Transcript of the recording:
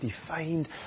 defined